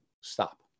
stop